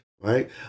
right